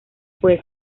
puede